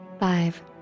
Five